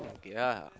okay lah